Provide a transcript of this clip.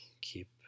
keep